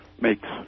makes